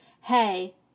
hey